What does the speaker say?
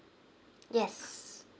yes